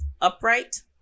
upright